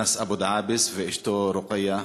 אנס אבו דעאבס, ואשתו רוקייה.